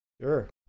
Sure